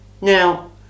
now